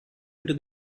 into